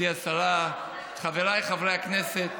חבריי חברי הכנסת